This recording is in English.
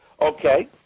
Okay